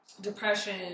depression